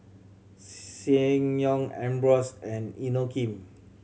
Ssangyong Ambros and Inokim